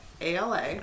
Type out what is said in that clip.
ALA